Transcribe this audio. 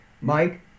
Mike